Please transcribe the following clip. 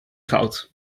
goud